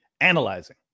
analyzing